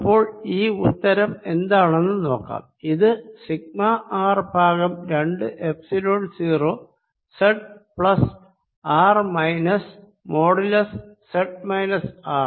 അപ്പോൾ ഈ ഉത്തരം എന്താണെന്ന് നോക്കാം ഇത് സിഗ്മ ആർ ബൈ രണ്ട് epsilon 0 z plus R minus modulus z minus R